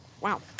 wow